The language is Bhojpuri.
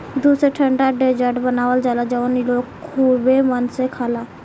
दूध से ठंडा डेजर्ट बनावल जाला जवन लोग खुबे मन से खाला